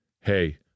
Hey